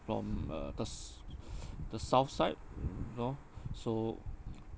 from uh the s~ the south side you know so